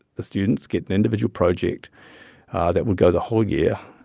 the students get an individual project that would go the whole year.